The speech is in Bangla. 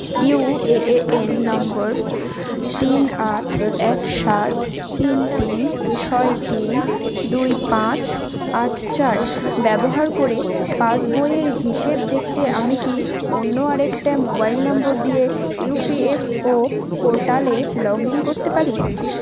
ইউএএএন নম্বর তিন আট এক সাত তিন তিন ছয় তিন দুই পাঁচ আট চার ব্যবহার করে পাসবইয়ের হিসেব দেখতে আমি কি অন্য আরেকটা মোবাইল নম্বর দিয়ে ইউপিএফও পোর্টালে লগইন করতে পারি